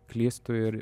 klystu ir